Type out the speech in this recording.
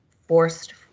forced